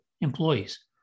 employees